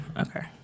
Okay